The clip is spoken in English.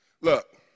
Look